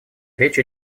речь